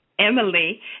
Emily